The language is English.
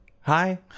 hi